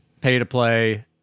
pay-to-play